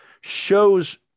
shows